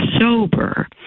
sober